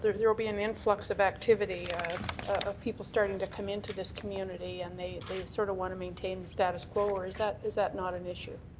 there there will be an influx of activity of people starting to come into this community and they sort of want to maintain the status quo or is that is that not an issue?